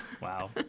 Wow